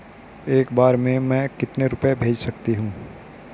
एक बार में मैं कितने रुपये भेज सकती हूँ?